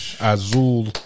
Azul